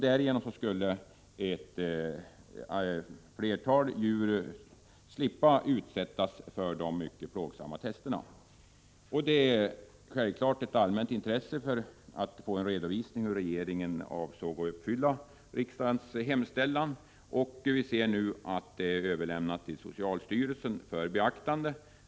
Därigenom skulle ett flertal djur slippa utsättas för de mycket plågsamma testerna. Det är självfallet ett allmänt intresse att få en redovisning för hur regeringen avser att uppfylla riksdagens hemställan om innehållsdeklaration. Vi ser nu att betänkandet har överlämnats till socialstyrelsen för beaktande.